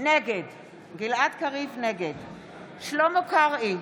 נגד שלמה קרעי,